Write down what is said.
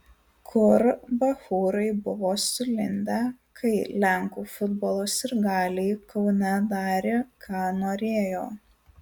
kur bachūrai buvo sulindę kai lenkų futbolo sirgaliai kaune darė ką norėjo